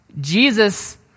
Jesus